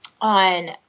on